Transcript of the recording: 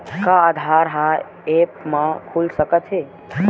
का आधार ह ऐप म खुल सकत हे?